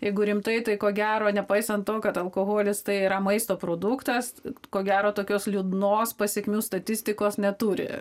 jeigu rimtai tai ko gero nepaisant to kad alkoholis tai yra maisto produktas ko gero tokios liūdnos pasekmių statistikos neturi